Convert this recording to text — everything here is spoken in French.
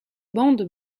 bandes